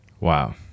Wow